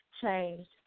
changed